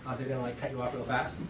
ah they're going to cut you off real fast.